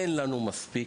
אין לנו מספיק.